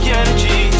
energy